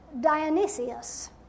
Dionysius